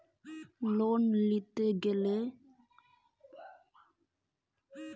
NBFC কতগুলি কত শতাংশ সুদে ঋন দেয়?